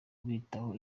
ubitaho